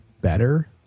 better